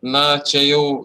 na čia jau